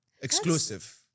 Exclusive